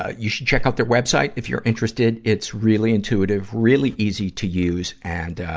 ah you should check out their web site. if you're interested, it's really intuitive, really easy to use, and ah,